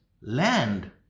land